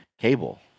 cable